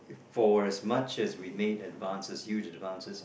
for as much as we made advances huge advances in